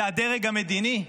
זה הדרג המדיני.